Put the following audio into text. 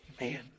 Man